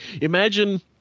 Imagine